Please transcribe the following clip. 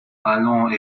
allant